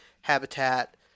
habitat